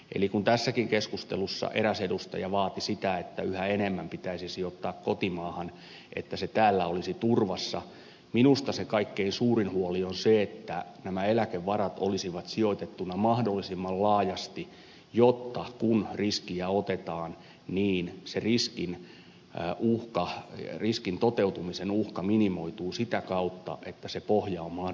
eli kun tässäkin keskustelussa eräs edustaja vaati sitä että yhä enemmän pitäisi sijoittaa kotimaahan että se täällä olisi turvassa minusta se kaikkein suurin huoli on se että nämä eläkevarat olisi sijoitettuna mahdollisimman laajasti jotta kun riskiä otetaan niin riskin toteutumisen uhka minimoituu sitä kautta että pohja on mahdollisimman laaja